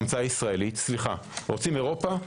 רוצים אירופה?